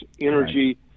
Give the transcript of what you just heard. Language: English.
energy